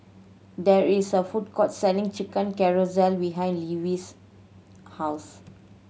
there is a food court selling Chicken Casserole behind Levi's house